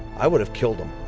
i would have killed him.